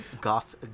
Goth